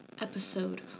episode